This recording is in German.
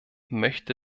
möchte